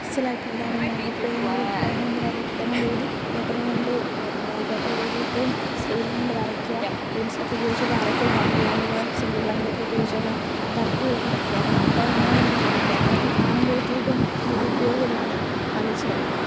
അസ്സലായിട്ടെഴുതാൻ വേണ്ടിയായിരുന്നു പേനയെഴുതും പേനകൊണ്ടു വര പേന കൊണ്ടെഴുതി പേപ്പറു കൊണ്ട് പേപ്പറിൽ എഴുതിയിട്ട് സ്കയിലും കൊണ്ട് വരക്കുക പെൻസിലൊക്കെ ഉപയോഗിച്ചു വരക്കുക ഡബിൾ ലൈൻ സിങ്കിൾ ലൈനൊക്കെ ഉപയോഗിച്ചാണ് തട്ടിവരക്കുമായിരുന്നു ഇപ്പം അതിനോടൊന്നുമൊരു താത്പ പേപ്പറൊക്കെ കാണുമ്പോഴത്തേക്കും ഒരുപയോഗമില്ലാതെ വലിച്ചെറിയും ഇപ്പം